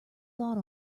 thought